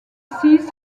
six